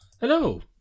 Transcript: Hello